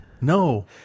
No